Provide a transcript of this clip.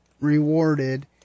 rewarded